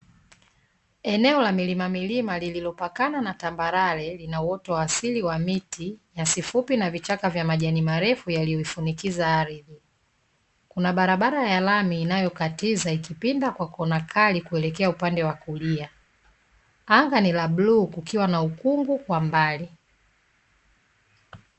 Eneo la milima milima lililopakana na tambarare lina uoto wa asili wa miti nyasi fupi na vichaka vya majani marefu yaliyoifunikiza ardhi, kuna barabara ya lami inayokatiza ikipinda kwa kona kali kuelekea upande wa kulia, anga ni la bluu kukiwa na ukungu kwa mbali.